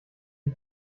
die